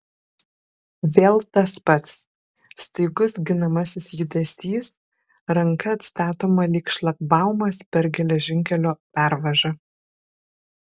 vėl tas pats staigus ginamasis judesys ranka atstatoma lyg šlagbaumas per geležinkelio pervažą